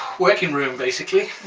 working room basically.